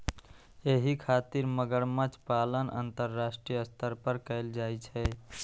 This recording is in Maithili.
एहि खातिर मगरमच्छ पालन अंतरराष्ट्रीय स्तर पर कैल जाइ छै